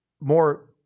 more